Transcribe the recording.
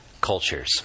cultures